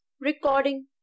Recording